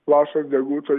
lašas deguto